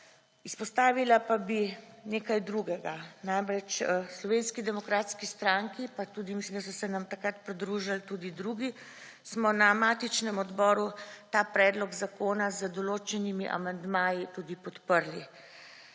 Izpostavila pa bi nekaj drugega. Namreč v Slovenski demokratski stranki, pa tudi mislim, da so se nam takrat pridružili tudi drugi, smo na matičnem odboru ta predlog zakona z določenimi amandmaji tudi podprli.